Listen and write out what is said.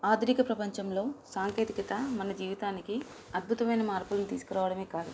ఆధునిక ప్రపంచంలో సాంకేతికత మన జీవితానికి అద్భుతమైన మార్పులను తీసుకురావడమే కాదు